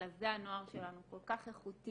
אלא זה הנוער שלנו כל כך איכותי,